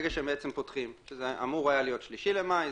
זה אמור להיות 3 למאי,